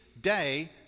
Day